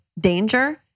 danger